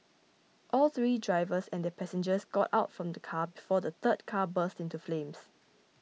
all three drivers and their passengers got out from the car before the third car burst into flames